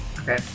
Okay